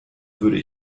würde